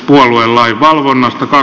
puoluelain valvonnasta tai